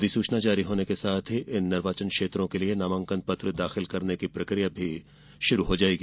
अधिसूचना जारी होने के साथ ही इन निर्वाचन क्षेत्रों के लिए नामांकन पत्र दाखिल करने की प्रक्रिया शुरू हो जाएगी